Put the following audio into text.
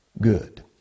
good